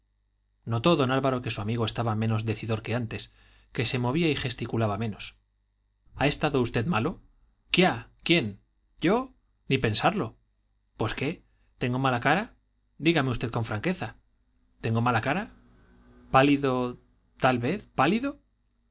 tristeza notó don álvaro que su amigo estaba menos decidor que antes que se movía y gesticulaba menos ha estado usted malo quiá quién yo ni pensarlo pues qué tengo mala cara dígame usted con franqueza tengo mala cara pálido tal vez pálido